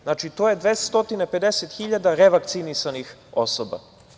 Znači, to je 250 hiljada revakcinisanih osoba.